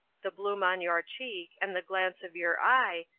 the bloom on your cheek, and the glance of your eye,